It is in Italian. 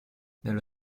nello